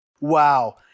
Wow